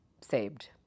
saved